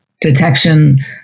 detection